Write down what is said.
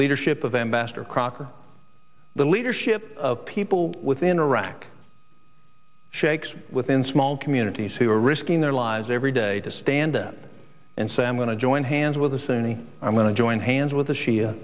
leadership of ambassador crocker the leadership of people within iraq shakes within small communities who are risking their lives every day to stand up and say i'm going to join hands with the sunni i'm going to join hands with the sh